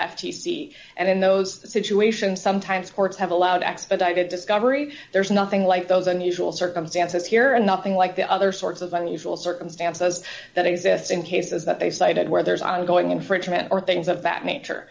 c and in those situations sometimes courts have allowed expedited discovery there's nothing like those unusual circumstances here and nothing like the other sorts of unusual circumstances that exists in cases that they've cited where there's ongoing infringement or things of that nature